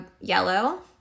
yellow